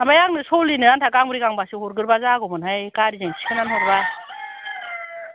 ओमफ्राय आंनो सलिनो आनथा गांब्रै गांबासो हरग्रोबा जागौमोनहाय गारिजों थिखोना हरबा